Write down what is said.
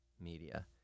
media